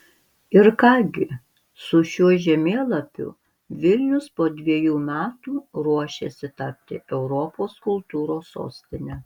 ir ką gi su šiuo žemėlapiu vilnius po dviejų metų ruošiasi tapti europos kultūros sostine